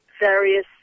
various